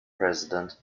president